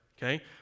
Okay